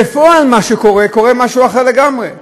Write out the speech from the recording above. בפועל, קורה משהו אחר לגמרי.